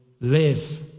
live